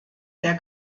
der